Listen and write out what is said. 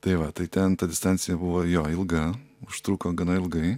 tai va tai ten ta distancija buvo jo ilga užtruko gana ilgai